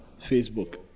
facebook